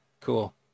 cool